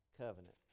covenant